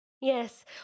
Yes